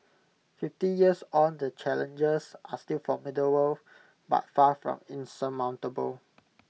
fifty years on the challenges are still formidable but far from insurmountable